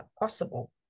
possible